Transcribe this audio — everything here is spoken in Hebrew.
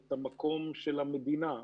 את המקום של המדינה.